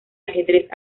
ajedrez